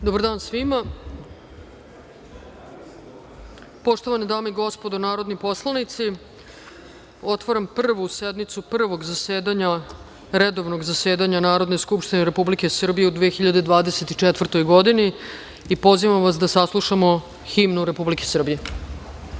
Dobar dan svima. Poštovane dame i gospodo narodni poslanici, otvaram Prvu sednicu Prvog redovnog zasedanja Narodne skupštine Republike Srbije u 2024. godini. Pozivam vas da saslušamo himnu Republiku